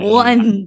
one